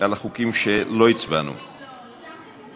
על החוקים שלא הצבענו עליהם.